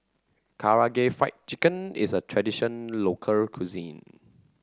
Karaage Fried Chicken is a tradition local cuisine